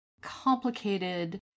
complicated